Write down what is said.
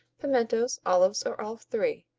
pimientos, olives, or all three,